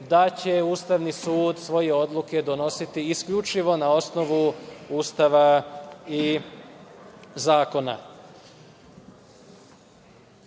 da će Ustavni sud svoje odluke donositi isključivo na osnovu Ustava i zakona. Veoma